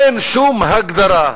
אין שום הגדרה,